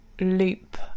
loop